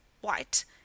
white